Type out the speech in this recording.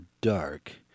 dark